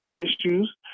Issues